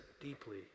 deeply